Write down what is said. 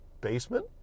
basement